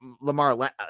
Lamar